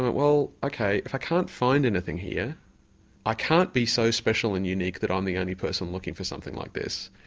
well okay, if i can't find anything here i can't be so special and unique that i'm the only person looking for something like this.